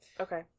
Okay